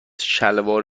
شلوار